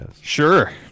Sure